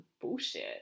bullshit